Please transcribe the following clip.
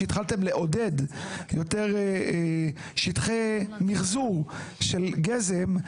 כשהתחלתם לעודד יותר שטחי מחזור של גזם,